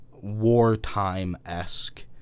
wartime-esque